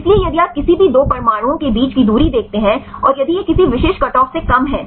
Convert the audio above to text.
इसलिए यदि आप किसी भी 2 परमाणुओं के बीच की दूरी देखते हैं और यदि यह किसी विशिष्ट कटऑफ से कम हैं